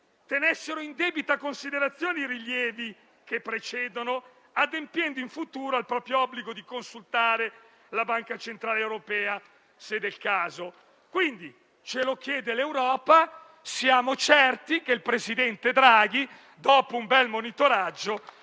tenessero in debita considerazione i rilievi che precedono, adempiendo in futuro al proprio obbligo di consultare la Banca centrale europea, se del caso. Quindi, ce lo chiede l'Europa e siamo certi che il presidente Draghi, dopo un bel monitoraggio,